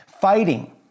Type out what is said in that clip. Fighting